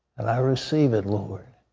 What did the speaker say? and i receive it, lord,